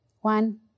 One